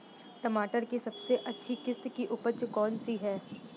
टमाटर की सबसे अच्छी किश्त की उपज कौन सी है?